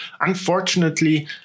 Unfortunately